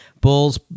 Bulls